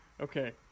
okay